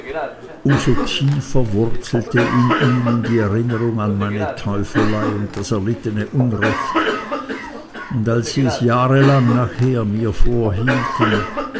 so tiefer wurzelte in ihnen die erinnerung an meine teufelei und das erlittene unrecht und als sie es jahrelang nachher mir